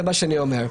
זה מה שאני אומר.